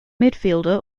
midfielder